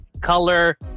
Color